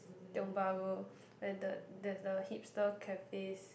Tiong-Bahru where the there's a hipster cafes